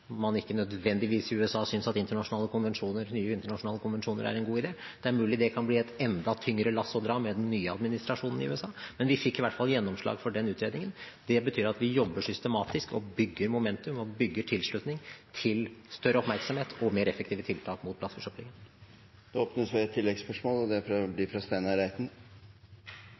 man ikke nødvendigvis i USA synes at nye internasjonale konvensjoner er en god idé – det er mulig at det kan bli et enda tyngre lass å dra med den nye administrasjonen i USA – men vi fikk i hvert fall gjennomslag for den utredningen. Det betyr at vi jobber systematisk og bygger momentum og bygger tilslutning til større oppmerksomhet og mer effektive tiltak mot plastforsøplingen. Det åpnes for oppfølgingsspørsmål – først Steinar Reiten. Jeg vil gi statsråden honnør både for at det blir